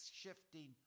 shifting